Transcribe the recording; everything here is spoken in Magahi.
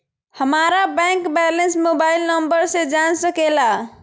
हमारा बैंक बैलेंस मोबाइल नंबर से जान सके ला?